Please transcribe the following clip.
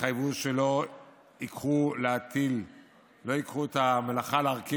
התחייבו שלא ייקחו את המלאכה להרכיב